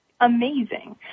amazing